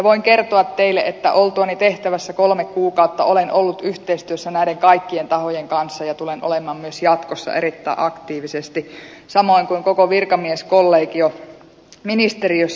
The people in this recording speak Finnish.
voin kertoa teille että oltuani tehtävässä kolme kuukautta olen ollut yhteistyössä näiden kaikkien tahojen kanssa ja tulen olemaan myös jatkossa erittäin aktiivisesti samoin kuin koko virkamieskollegio ministeriössä